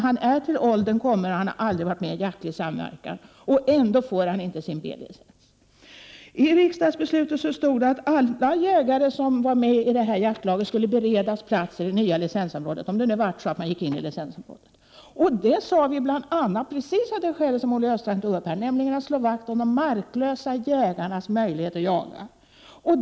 Han är till åren kommen och har aldrig varit med i någon jaktsamverkan. Ändå får han inte sin B-licens. I riksdagsbeslutet stod det att alla jägare som var med i jaktlaget skulle beredas plats i det nya licensområdet, om det nu var så att man gick in i licensområdet. Det beslöt riksdagen precis av det skäl som Olle Östrand drog upp, nämligen att man ville slå vakt om de marklösa jägarnas möjlighet att jaga.